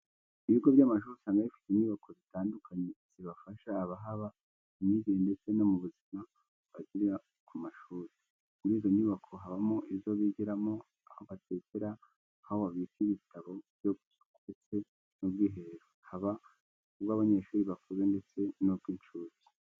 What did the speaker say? Ibigo by'amashuri usanga bifite inyubako zitandukanye zifasha abahaba mu myigire ndetse no buzima bagirira ku mashuri. Muri izo nyubako habamo izo bigiramo, aho batekera, aho babika ibitabo byo gusoma ndetse n'ubwiherero, haba ubw'abanyeshuri bakuze ndetse n'ubw'incuke.